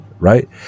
right